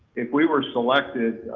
if we were selected,